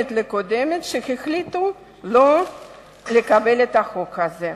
והקודמת לקודמת, שהחליטו לא לקבל את החוק הזה.